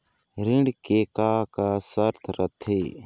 ऋण के का का शर्त रथे?